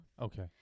Okay